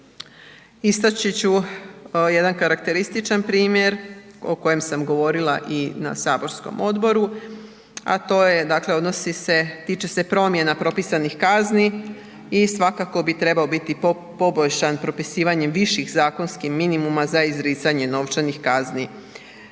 istači ću jedan karakterističan primjer o kojem sam govorila i na saborskom odboru, a to je dakle odnosi se tiče se promjena propisanih kazni i svakako bi trebao biti poboljšan propisivanjem viših zakonskih minimuma za izricanje novčanih kazni.